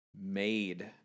made